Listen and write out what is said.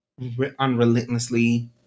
unrelentlessly